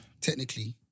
Technically